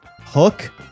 hook